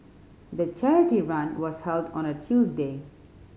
the charity run was held on a Tuesday